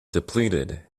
depleted